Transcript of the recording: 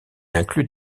inclut